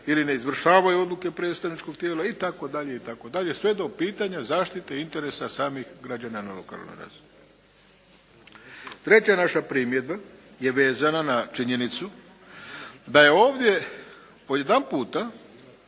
ili ne izvršavaju odluke predstavničkog tijela, itd., itd., sve do pitanja zaštite interesa samih građana na lokalnoj razini. … /Govornik se ne razumije./ … je naša primjedba je vezana na činjenicu da je ovdje odjedanputa